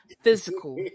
physical